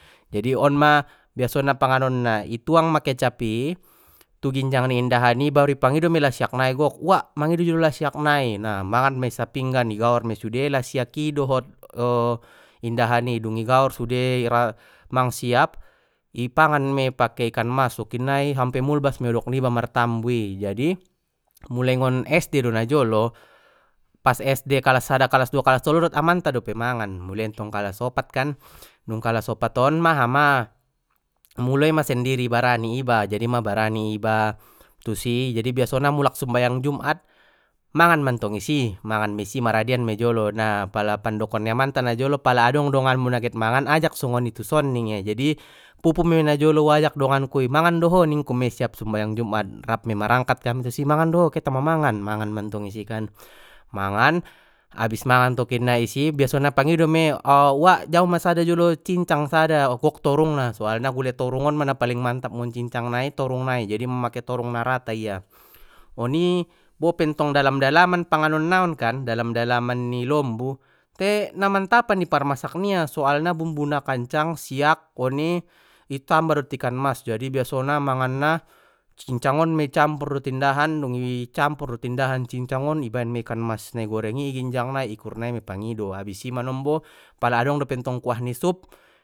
Jadi onma biasona pangonan na ituang ma kecap i, tu ginjang ni indahan i baru ipangido mei lasiak nai gok uak mangido jolo lasiak nai na mangan mei sapinggan i gaor mei sude lasiak i dohot indahan i dungi i gaor sude mang siap i pangan mei pake ikan mas tokinnai sampe mulbas mei odok niba martambu i jadi mulai ngon es de do na jolo pas es de kalas sada kalas dua kalas tolu dot amanta dope mangan muloi ntong kalas opat kan, dung kalas opat on maha ma mulai ma sendiri barani iba jadi ma barani iba tusi jadi biasona mulak sumbayang jumat mangan mantong isi mangan i si maradian mei jolo nah pala pandokon ni amanta na jolo pala adong dongan mu na get mangan ajak soni tuson ningia jadi pupu mei najolo uajak donganku i mangan doho ningku mei siap sumbayang jumat rap mei marangkat kami tu si mangan doho ketama mangan mangan mantong i si kan, mangan abis mangan tokinnai isi biasona pangido mei uak jau ma sada jolo cincang sada gok torungna soalna gule torung on ma na paling mantab ngon cincang nai torung nai jadi mamake torung na rata ia oni bope ntong dalam dalaman panganon naon kan dalam dalaman ni lombu te na mantapan i par masak nia soalna bumbuna kancang siak oni itamba dot ikan mas jadi biasona manganna cincang on mei icampur dot indahan dung i campur dot indahan cincang on i baen mei ikan mas na i goreng i iginjang nai ikurnai mei i pangido abis i manombo pala adong dope ntong kuah ni sup.